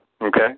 okay